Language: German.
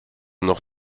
noch